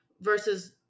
versus